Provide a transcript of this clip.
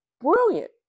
brilliant